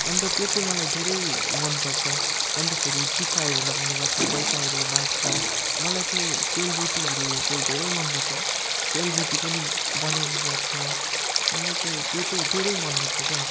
अन्त त्यो चाहिँ मलाई धेरै मनपर्छ अन्त फेरि टिकाहरू लगाउने गर्छ पैसाहरू बाँड्छ मलाई चाहिँ सेलरोटीहरू चाहिँ धेरै मनपर्छ है सेलरोटी पनि बनाउने गर्छ मलाई चाहिँ त्यो चाहिँ धेरै मनपर्छ क्या